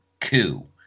coup